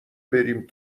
بریم